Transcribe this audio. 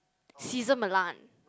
Cesar Millan